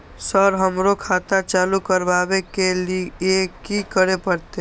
Sir हमरो खाता चालू करबाबे के ली ये की करें परते?